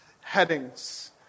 headings